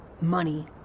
Money